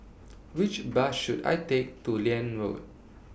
Which Bus should I Take to Liane Road